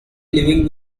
living